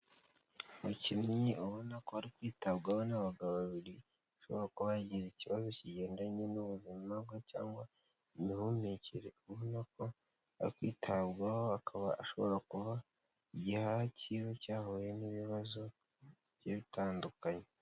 Umukinnyi ubona ko ari kwitabwaho n'abagabo babiri, ashobora kuba yagize ikibazo kigendanye n'ubuzima bwe cyangwa imihumekere, ubona nako ari kwitabwaho, akaba ashobora kuba igihaha cye cyahuye n'ibibazo bigiye bitandukanye.